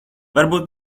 varbūt